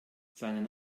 seinen